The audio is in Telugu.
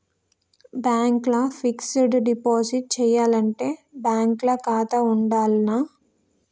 బ్యాంక్ ల ఫిక్స్ డ్ డిపాజిట్ చేయాలంటే బ్యాంక్ ల ఖాతా ఉండాల్నా?